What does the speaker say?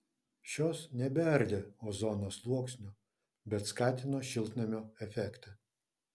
šios nebeardė ozono sluoksnio bet skatino šiltnamio efektą